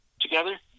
together